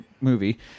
movie